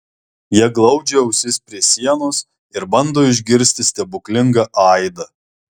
jie glaudžia ausis prie sienos ir bando išgirsti stebuklingą aidą